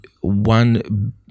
one